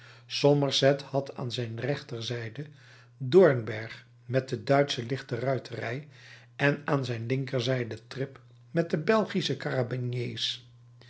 somerset had aan zijn rechterzijde dornberg met de duitsche lichte ruiterij en aan zijn linkerzijde trip met de belgische